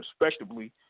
respectively